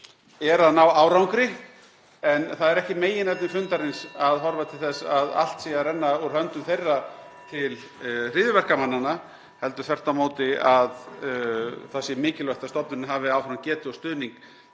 (Forseti hringir.) En það er ekki meginefni fundarins að horfa til þess að allt sé að renna úr höndum þeirra til hryðjuverkamannanna heldur þvert á móti að það sé mikilvægt að stofnunin hafi áfram getu og stuðning